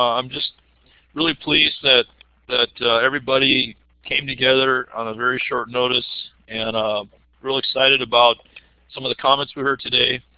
i'm just really pleased that that everybody came together on a very short notice and i'm really excited about some of the comments we heard today.